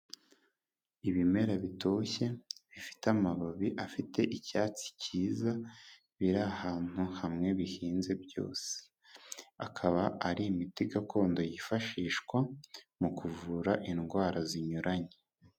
Ibimera bitoshye, bifite amababi afite icyatsi cyiza, biri ahantu hamwe bihinze byose. Akaba ari imiti gakondo yifashishwa mu kuvura indwara zinyuranye.